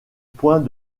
points